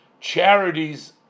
charities